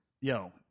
Yo